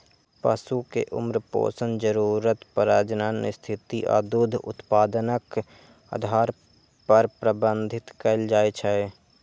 पशु कें उम्र, पोषण जरूरत, प्रजनन स्थिति आ दूध उत्पादनक आधार पर प्रबंधित कैल जाइ छै